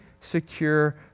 secure